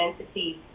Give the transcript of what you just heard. entities